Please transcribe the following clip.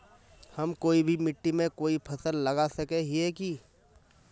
हम कोई भी मिट्टी में कोई फसल लगा सके हिये की?